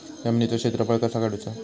जमिनीचो क्षेत्रफळ कसा काढुचा?